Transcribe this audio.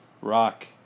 Rock